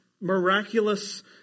miraculous